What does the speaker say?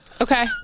okay